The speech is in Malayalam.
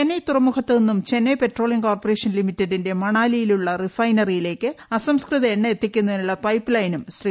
ചെന്നൈ തുറമുഖത്തുനിന്നും ചെന്നൈ പെട്രോളിയം കോർപ്പറേഷൻ ലിമിറ്റഡിന്റെ മണാലിയിലുള്ള റിഫൈനറിയിലേയ്ക്ക് അസംസ്കൃത എണ്ണ എത്തിക്കുന്നതിനുള്ള പൈപ്പ് ലൈനും ശ്രീ